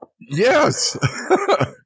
Yes